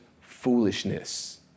foolishness